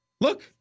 Look